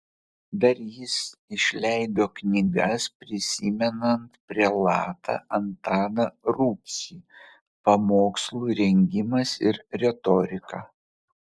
dar jis išleido knygas prisimenant prelatą antaną rubšį pamokslų rengimas ir retorika